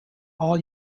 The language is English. all